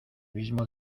mismo